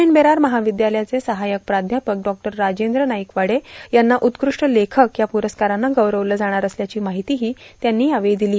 and Berar महाविद्यालयाचे सहाय्यक प्राध्यापक डॉ राजेन्द्र नाईकवाडे यांना उत्कृष्ट लेखक या पुरस्कारानं गौरविलं जाणार असल्याची माहितीही त्यांनी दिली